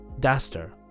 DASTER